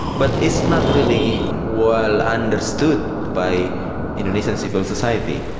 but it's not really well understood by indonesian civil society,